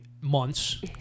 months